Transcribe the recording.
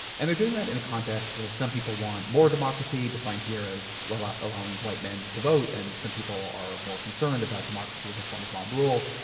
and they're doing that in a context where if some people want more democracy, defined here as allowing white men to vote and some people are more concerned about democracy as a form of mob rule,